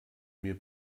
mir